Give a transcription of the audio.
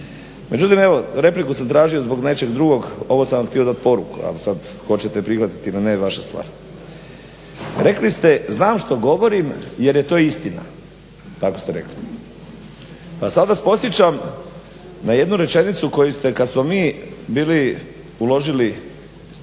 Međutim evo repliku sam tražio zbog nečeg drugog, ovo sam vam htio dati poruku, ali sada hoćete prihvatiti ili ne, vaša stvar. Rekli ste znam što govorim jer je to istina, tako ste rekli. Pa sada vas podsjećam na jednu rečenicu koju ste kada smo mi bili uložili